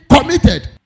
committed